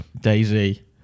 Daisy